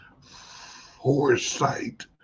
foresight